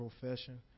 profession